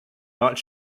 not